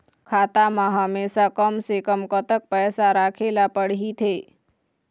खाता मा हमेशा कम से कम कतक पैसा राखेला पड़ही थे?